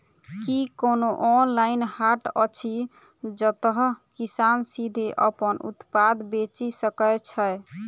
की कोनो ऑनलाइन हाट अछि जतह किसान सीधे अप्पन उत्पाद बेचि सके छै?